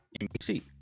NBC